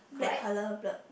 black colour b~